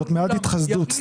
זאת מעט התחסדות.